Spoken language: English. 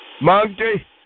Monkey